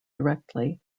directly